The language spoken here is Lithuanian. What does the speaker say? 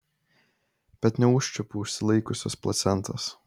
bet neužčiuopiu užsilaikiusios placentos